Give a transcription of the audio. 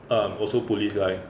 um also police line